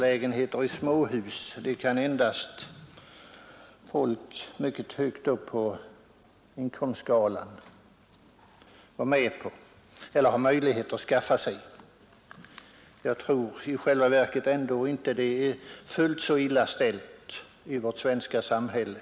Han talar om att endast folk mycket högt uppe på inkomstskalan har möjlighet att skaffa sig småhus om fyra rum. I själva verket tror jag inte att det är fullt så illa ställt i vårt svenska samhälle.